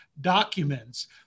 documents